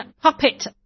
puppet